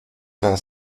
vingt